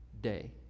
day